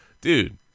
Dude